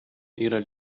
ihrer